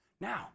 Now